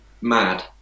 mad